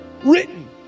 written